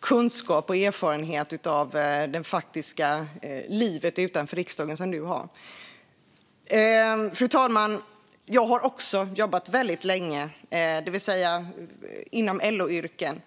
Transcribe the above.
kunskap och erfarenhet av livet utanför riksdagen som du har. Fru talman! Jag har också jobbat jättelänge inom LO-yrken.